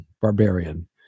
barbarian